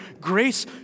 Grace